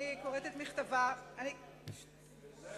אדוני